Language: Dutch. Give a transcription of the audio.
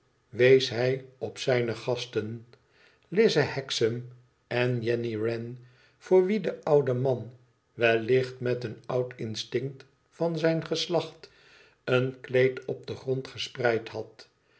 wees hij op zijne gasten lize hexam en jenny wren voor wie de oude man wellicht met een oud instinct van zijn geslacht een kleed op den grond gespreid had